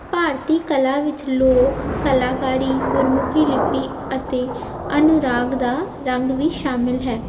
ਭਾਰਤੀ ਕਲਾ ਵਿੱਚ ਲੋਕ ਕਲਾਕਾਰੀ ਗੁਰਮੁਖੀ ਲਿੱਪੀ ਅਤੇ ਅਨੁਰਾਗ ਦਾ ਰੰਗ ਵੀ ਸ਼ਾਮਿਲ ਹੈ